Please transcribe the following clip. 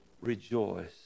rejoice